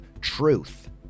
truth